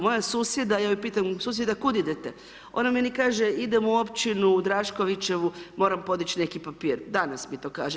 Moja susjeda, ja ju pitam susjeda kuda idete, ona meni kaže idem u općinu u Draškovićevu moram podići neki papir, danas mi to kaže.